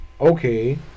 okay